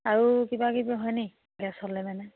আৰু কিবাকিবি হয় নেকি গেছ হ'লে মানে